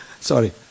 Sorry